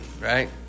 right